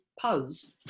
pose